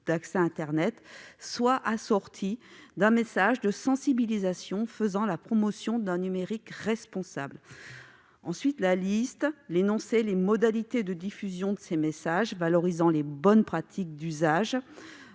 accès à internet doit être assortie d'un message de sensibilisation faisant la promotion d'un numérique responsable. La liste, l'énoncé et les modalités de diffusion de ces messages valorisant les bonnes pratiques d'usage